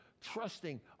trusting